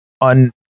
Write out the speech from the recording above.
on